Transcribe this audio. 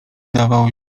zdawał